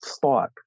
Thought